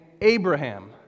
Abraham